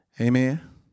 Amen